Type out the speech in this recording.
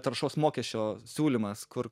taršos mokesčio siūlymas kur